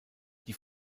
die